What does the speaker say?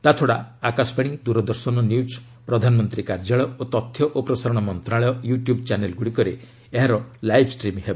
ତା ଛଡ଼ା ଆକାଶବାଣୀ ଦୂରଦର୍ଶନ ନ୍ୟୁଜ୍ ପ୍ରଧାନମନ୍ତୀ କାର୍ଯ୍ୟାଳୟ ଓ ତଥ୍ୟ ଓ ପ୍ରସାରଣ ମନ୍ତ୍ରଣାଳୟ ୟୁ ଟ୍ୟୁବ୍ ଚ୍ୟାନେଲ୍ଗୁଡ଼ିକରେ ଏହାର ଲାଇଭ୍ ଷ୍ଟ୍ରିମ୍ ହେବ